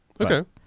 Okay